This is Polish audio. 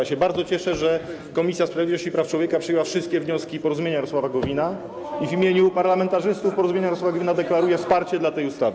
Ja się bardzo cieszę, że Komisja Sprawiedliwości i Praw Człowieka przyjęła wszystkie wnioski Porozumienia Jarosława Gowina, i w imieniu parlamentarzystów Porozumienia Jarosława Gowina deklaruję wsparcie dla tej ustawy.